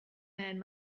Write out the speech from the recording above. man